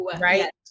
right